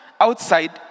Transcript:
outside